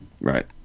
Right